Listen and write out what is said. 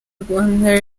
rwanda